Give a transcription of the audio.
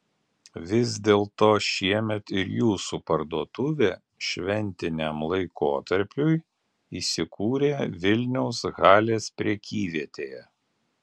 vis dėlto šiemet ir jūsų parduotuvė šventiniam laikotarpiui įsikūrė vilniaus halės prekyvietėje